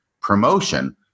promotion